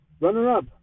Runner-up